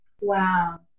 wow